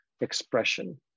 expression